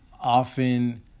often